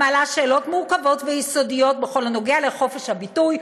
המעלה שאלות מורכבות ויסודיות בכל הנוגע לחופש הביטוי,